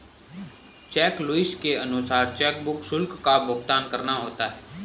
check leaves के अनुसार chequebook शुल्क का भुगतान करना होता है